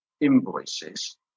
invoices